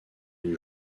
les